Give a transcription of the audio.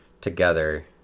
together